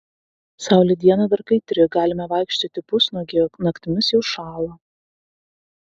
saulė dieną dar kaitri galime vaikščioti pusnuogiai o naktimis jau šąla